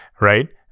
right